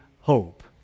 hope